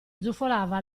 zufolava